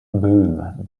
böhm